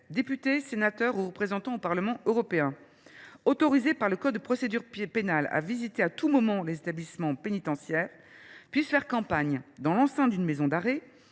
député, sénateur ou membre du Parlement européen –, qui est autorisé par le code de procédure pénale à visiter à tout moment les établissements pénitentiaires, puisse faire campagne dans l’enceinte d’une maison d’arrêt,